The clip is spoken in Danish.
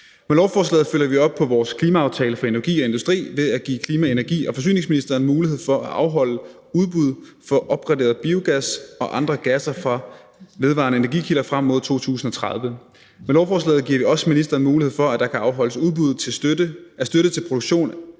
Med lovforslaget følger vi op på vores klimaaftale for energi og industri ved at give klima-, energi- og forsyningsministeren mulighed for at afholde udbud, få opgraderet biogas og andre gasser fra vedvarende energi-kilder frem mod 2030. Med lovforslaget giver vi også ministeren mulighed for, at der kan afholdes udbud, og at støtte produktion